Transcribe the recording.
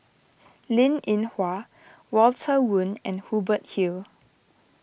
Linn in Hua Walter Woon and Hubert Hill